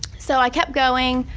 so i kept going,